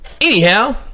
Anyhow